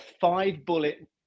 five-bullet